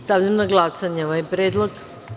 Stavljam na glasanje ovaj predlog.